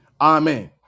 Amen